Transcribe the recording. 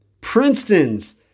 Princeton's